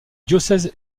diocèse